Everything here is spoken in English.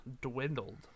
dwindled